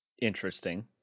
Interesting